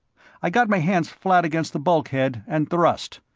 i got my hands flat against the bulkhead and thrust.